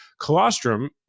Colostrum